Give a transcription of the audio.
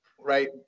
right